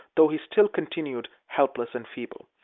though he still continued helpless and feeble.